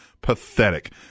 Pathetic